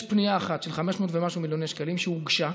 יש פנייה אחת של 500 ומשהו מיליוני שקלים שהוגשה,